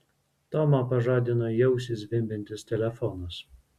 tomą pažadino į ausį zvimbiantis telefonas